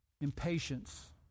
impatience